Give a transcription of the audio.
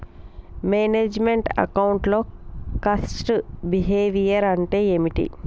Manage meant account లో cost behaviour అంటే ఏమిటి?